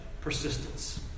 persistence